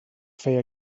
feia